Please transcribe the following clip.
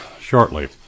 shortly